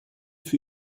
für